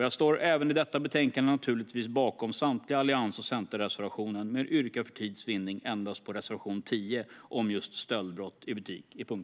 Jag står även i detta betänkande naturligtvis bakom samtliga allians och centerreservationer. För tids vinnande yrkar jag dock bifall endast till reservation 10 under punkt 8, om stöldbrott i butik.